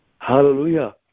Hallelujah